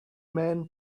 men